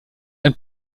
ein